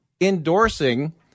endorsing